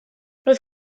roedd